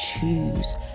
choose